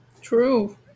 True